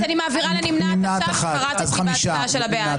הצבעה לא אושרו.